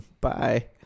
Bye